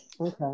Okay